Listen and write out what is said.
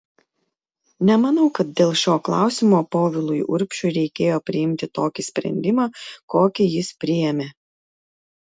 nemanau kad dėl šio klausimo povilui urbšiui reikėjo priimti tokį sprendimą kokį jis priėmė